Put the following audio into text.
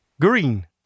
Green